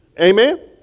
Amen